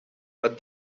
but